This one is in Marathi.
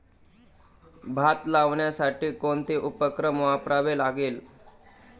भात लावण्यासाठी कोणते उपकरण वापरावे लागेल?